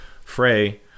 Frey